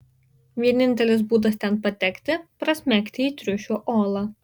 vienintelis būdas ten patekti prasmegti į triušio olą